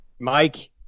Mike